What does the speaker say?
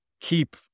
keep